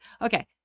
okay